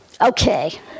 Okay